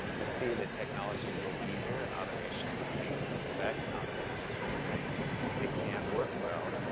we see the technology will be here and automation is a thing to expect. and automation's a thing that can work well.